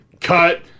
Cut